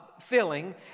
filling